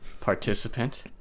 participant